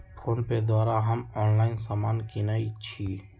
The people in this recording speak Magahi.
फोनपे द्वारा हम ऑनलाइन समान किनइ छी